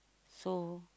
so